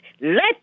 Let